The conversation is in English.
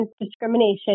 discrimination